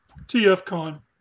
TFCon